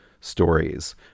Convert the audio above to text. stories